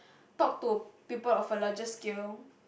talk to people of a larger scale